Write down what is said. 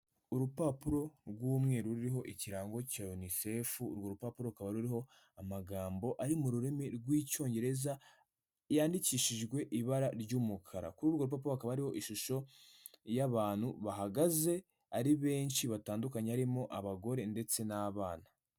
Urupapuro rw'umweru, ruriho ikirango cya Unicef, urwo rupapuro rukaba ruriho amagambo ari mu rurimi rw'icyongereza, yandikishijwe ibara ry'umukara kuri urwo rupapuro hakaba hariho ishusho y'abantu bahagaze ari benshi batandukanye, harimo abagore ndetse n'abana.